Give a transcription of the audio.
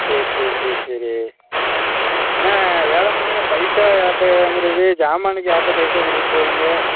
சரி சரி சரி சரி அண்ணே வேலை முடிஞ்சோடனே பைசா யார்கிட்ட வாங்குவது ஜாமனுக்கு யார்கிட்ட பைசா கொடுத்துட்டு போவீங்க